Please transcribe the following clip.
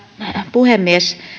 puhemies